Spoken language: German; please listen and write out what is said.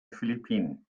philippinen